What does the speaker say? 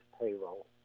payroll